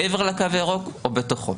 מעבר לקו הירוק או בתוכו.